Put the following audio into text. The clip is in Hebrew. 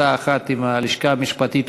בעצה אחת עם הלשכה המשפטית,